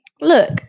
look